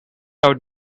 out